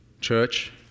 Church